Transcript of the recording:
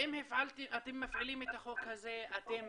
האם אתם מפעילים את החוק הזה, אתם